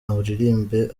aririmbe